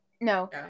No